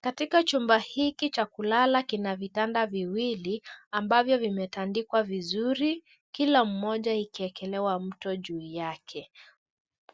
Katika chumba hiki, cha kulala kina vitanda viwili ambavyo vimetandikwa vizuri, kila mmoja ikiekelewa mto juu yake.